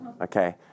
Okay